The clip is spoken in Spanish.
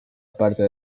parte